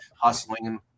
hustling